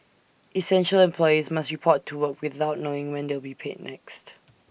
essential employees must report to work without knowing when they'll be paid next